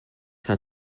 hat